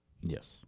Yes